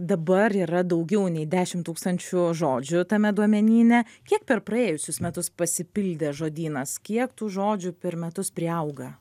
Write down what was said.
dabar yra daugiau nei dešimt tūkstančių žodžių tame duomenyne kiek per praėjusius metus pasipildė žodynas kiek tų žodžių per metus priauga